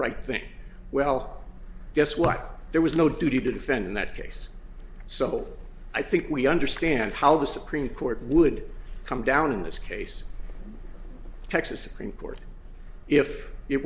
right thing well guess what there was no duty to defend in that case so i think we understand how the supreme court would come down in this case texas supreme court if